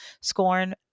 scorn